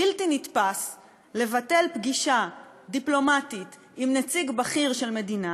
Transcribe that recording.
בלתי נתפס לבטל פגישה דיפלומטית עם נציג בכיר של מדינה